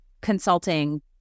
consulting